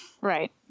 Right